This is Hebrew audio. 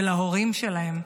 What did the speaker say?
ולהורים שלהם,